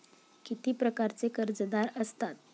किती प्रकारचे कर्जदार असतात